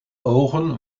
ogen